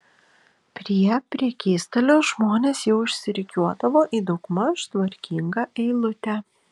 prie prekystalio žmonės jau išsirikiuodavo į daugmaž tvarkingą eilutę